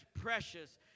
precious